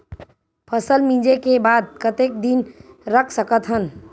फसल मिंजे के बाद कतेक दिन रख सकथन?